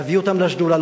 להביא אותם לשדולה,